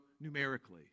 numerically